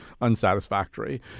unsatisfactory